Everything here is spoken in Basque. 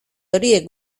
horiek